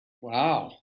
Wow